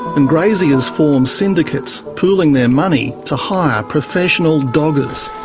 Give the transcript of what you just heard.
and graziers form syndicates, pooling their money to hire professional doggers.